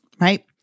right